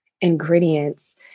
ingredients